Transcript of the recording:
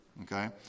Okay